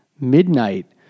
midnight